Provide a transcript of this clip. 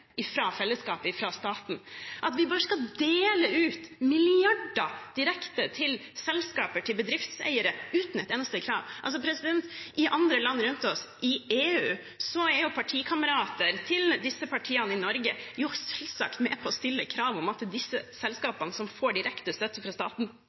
fellesskapet, fra staten – at vi bare skal dele ut milliarder direkte til selskaper og til bedriftseiere, uten et eneste krav. I andre land rundt oss, i EU, er jo partikamerater til disse partiene i Norge selvsagt med på å stille krav om at disse